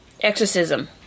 exorcism